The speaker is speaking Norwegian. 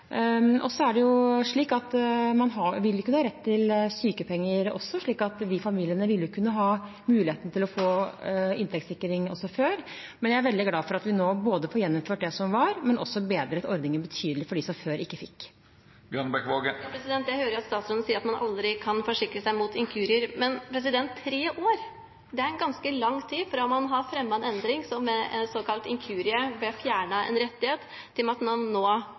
heller. Så er det slik at man ville også kunne ha rett til sykepenger, slik at de familiene ville kunne ha muligheten til å få inntektssikring også før. Men jeg er veldig glad for at vi nå både får gjeninnført det som var, og bedret ordningen betydelig for dem som før ikke fikk. Jeg hører at statsråden sier at man aldri kan forsikre seg mot inkurier. Men tre år er ganske lang tid fra man har fremmet en endring som ved en såkalt inkurie fjernet en rettighet, til